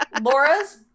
Laura's